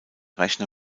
rechner